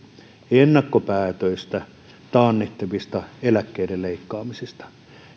ennakkopäätöstä taannehtivista eläkkeiden leikkaamisista